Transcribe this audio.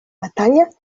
batalla